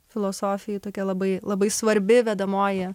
filosofija tokia labai labai svarbi vedamoji